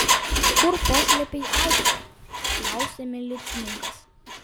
kur paslėpei auksą klausia milicininkas